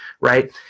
right